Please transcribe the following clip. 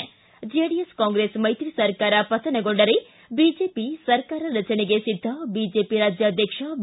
್ರಿ JDS Congress ಮೈತ್ರಿ ಸರ್ಕಾರ ಪತನಗೊಂಡರೆ ಬಿಜೆಪಿ ಸರ್ಕಾರ ರಚನೆಗೆ ಸಿದ್ದ ಬಿಜೆಪಿ ರಾಜ್ಯಾಧ್ಯಕ್ಷ ಬಿ